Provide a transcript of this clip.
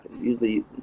usually